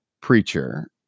preacher